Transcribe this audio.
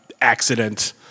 accident